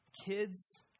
Kids